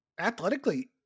Athletically